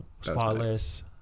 spotless